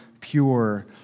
pure